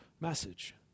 message